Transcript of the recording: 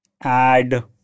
add